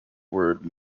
word